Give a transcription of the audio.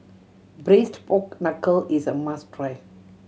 Braised Pork Knuckle is a must try